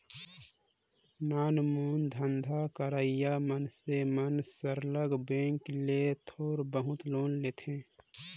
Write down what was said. नानमुन धंधा करइया मइनसे मन सरलग बेंक ले थोर बहुत लोन लेथें